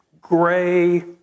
gray